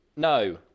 No